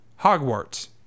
Hogwarts